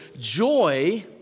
joy